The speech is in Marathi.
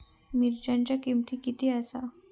मिरच्यांची किंमत किती आसा?